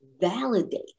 validate